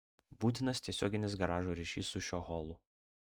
būtinas tiesioginis garažo ryšys su šiuo holu